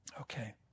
Okay